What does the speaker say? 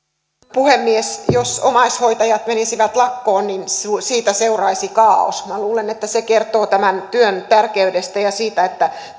puhemies jos omaishoitajat menisivät lakkoon niin siitä seuraisi kaaos minä luulen että se kertoo tämän työn tärkeydestä ja siitä että